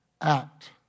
act